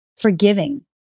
forgiving